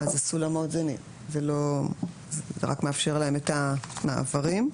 זה רק מאפשר להם את המעברים.